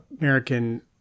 American